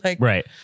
right